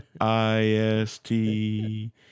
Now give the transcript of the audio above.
I-S-T